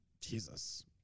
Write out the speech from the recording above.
Jesus